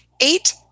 eight